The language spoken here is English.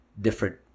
different